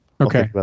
okay